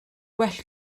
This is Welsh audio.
well